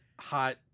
hot